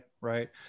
right